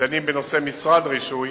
דנים בנושא משרד רישוי